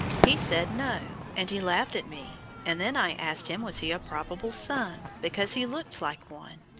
he said, no, and he laughed at me, and then i asked him was he a probable son, because he looked like one.